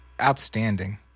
outstanding